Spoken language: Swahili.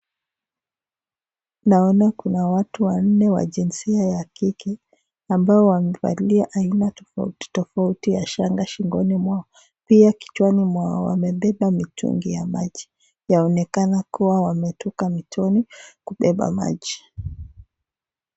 Naona kuna watu wanne wa jinsia ya kike ambao wamevalia aina tofauti tofauti ya shanga shingoni mwao. Pia kichwani mwao wamebeba mitungi ya maji. Yaonekana kuwa wametoka mitoni kubeba maji.